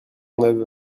neuve